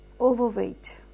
overweight